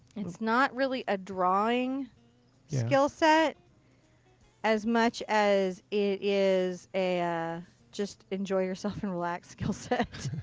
it's not really a drawing skill set as much as it is a just enjoy yourself and relax skill set.